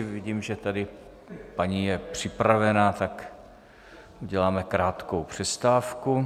Vidím, že tady paní je připravena, tak uděláme krátkou přestávku.